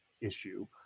issue